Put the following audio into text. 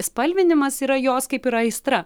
spalvinimas yra jos kaip ir aistra